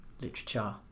literature